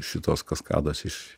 šitos kaskados iš